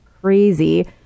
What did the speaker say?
crazy